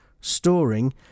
storing